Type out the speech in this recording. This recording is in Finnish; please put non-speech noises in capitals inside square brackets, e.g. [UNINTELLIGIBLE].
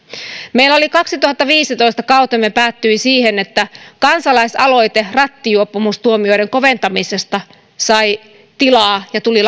meillä vuoden kaksituhattaviisitoista kautemme päättyi siihen että kansalaisaloite rattijuopumustuomioiden koventamisesta sai tilaa ja tuli [UNINTELLIGIBLE]